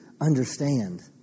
understand